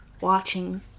watching